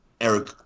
Eric